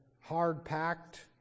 hard-packed